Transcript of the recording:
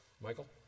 Michael